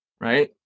right